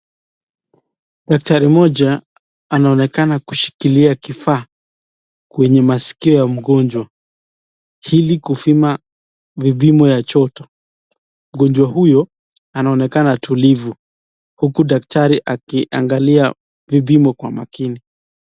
Daktari mmoja anaonekana kushikilia kifaa kwenye masikio ya mgonjwa ili kupima vipimo ya joto. Mgonjwa huyo anaonekana tulivu huku daktari akiangalia vipimo kwa makini.